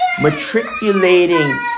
matriculating